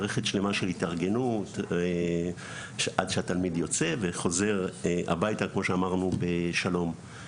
מערכת שלמה של התארגנות עד שהתלמיד יוצא וחוזר הביתה כמו שאמרנו בשלום.